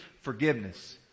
forgiveness